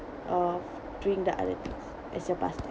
of doing the other things as your pastime